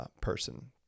person